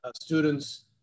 students